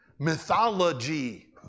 mythology